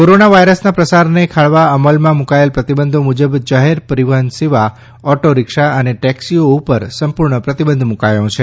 corona વાયરસના પ્રસારને ખાળવા અમલમાં મૂકાયેલ પ્રતિબંધો મુજબ જાહેર પરિવહન સેવા ઓટો રિક્ષા અને ટેક્ષીઓ ઉપર સંપૂર્ણ પ્રતિબંધ મુકાયો છે